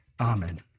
Amen